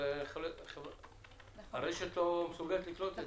אבל הרשת לא מסוגלת לקלוט את זה.